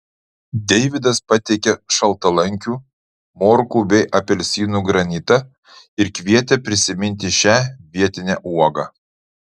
deivydas pateikė šaltalankių morkų bei apelsinų granitą ir kvietė prisiminti šią vietinę uogą